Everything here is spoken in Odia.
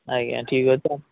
ଆଜ୍ଞା ଠିକ୍